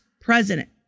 president